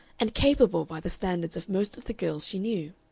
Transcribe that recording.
and capable by the standards of most of the girls she knew.